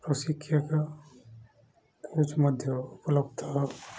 ପ୍ରଶିକ୍ଷକ କୋଚ୍ ମଧ୍ୟ ଉପଲବ୍ଧ